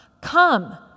come